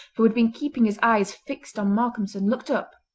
who had been keeping his eyes fixed on malcolmson, looked up,